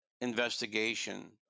investigation